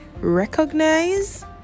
recognize